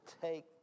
take